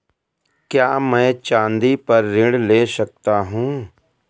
क्या मैं चाँदी पर ऋण ले सकता हूँ?